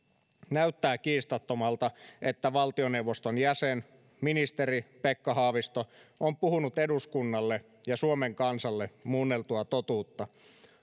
näyttää kiistattomalta että valtioneuvoston jäsen ministeri pekka haavisto on puhunut eduskunnalle ja suomen kansalle muunneltua totuutta